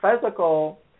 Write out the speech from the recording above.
physical